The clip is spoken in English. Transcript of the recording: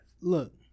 Look